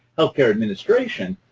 health care administration,